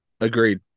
Agreed